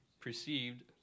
perceived